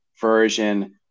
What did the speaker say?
version